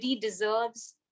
deserves